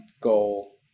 goal